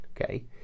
okay